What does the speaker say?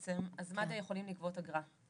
מד"א יכולים לגבות אגרה.